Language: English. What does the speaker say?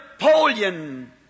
Napoleon